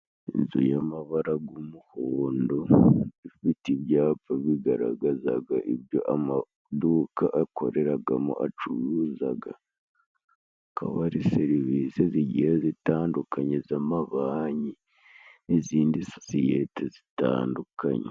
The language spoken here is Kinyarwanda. Inzu y'amabara g'umuhundo ifite ibyapa bigaragazaga ibyo amaduka akoreragamo acuruzaga, hakaba hari serivise zigiye zitandukanye z'amabanki n'izindi sosiyete zitandukanye.